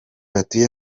batuye